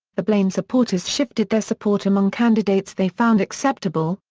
the blaine supporters shifted their support among candidates they found acceptable,